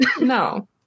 No